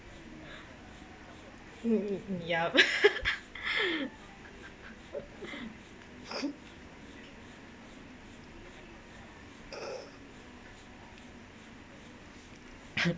mm mm mm yup